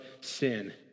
sin